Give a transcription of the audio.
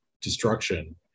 destruction